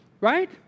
right